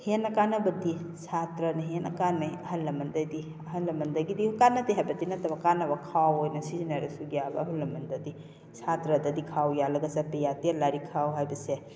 ꯍꯦꯟꯅ ꯀꯥꯟꯅꯕꯗꯤ ꯁꯥꯇ꯭ꯔꯅ ꯍꯦꯟꯅ ꯀꯥꯟꯅꯩ ꯑꯍꯜ ꯂꯃꯟꯗꯩꯗꯤ ꯑꯍꯜ ꯂꯃꯟꯗꯒꯤꯗꯤ ꯀꯥꯟꯅꯗꯦ ꯍꯥꯏꯕꯗꯤ ꯅꯠꯇꯕ ꯀꯥꯟꯅꯕ ꯈꯥꯎ ꯑꯣꯏꯅ ꯁꯤꯖꯤꯟꯅꯔꯁꯨ ꯌꯥꯕ ꯑꯍꯜ ꯂꯃꯟꯗꯗꯤ ꯁꯥꯇ꯭ꯔꯗꯗꯤ ꯈꯥꯎ ꯌꯥꯜꯂꯒ ꯆꯠꯄ ꯌꯥꯗꯦ ꯂꯥꯏꯔꯤꯛ ꯈꯥꯎ ꯍꯥꯏꯕꯁꯦ